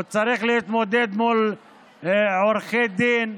הוא צריך להתמודד מול עורכי דין,